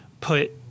put